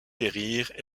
périrent